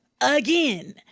again